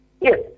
Yes